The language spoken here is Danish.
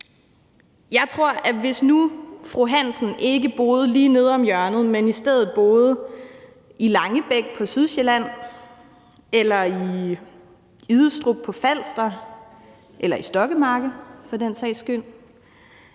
Jeg tror, at hvis nu fru Hansen ikke boede lige nede om hjørnet, men i stedet boede i Langebæk på Sydsjælland eller i Idestrup på Falster eller i Stokkemarke for den sags skyld,